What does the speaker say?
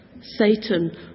Satan